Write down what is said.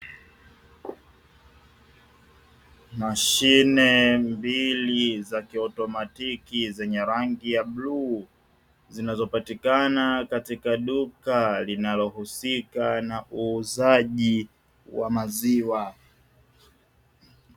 Nje ya jengo ambalo ni duka majokofu mawili moja likiwa ni la ''cocacola'' nyingine likiwa ni kampuni ya ''pepsi'' limewekwa kwa ajili ya wateja kujihudumia.